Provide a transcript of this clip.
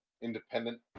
independent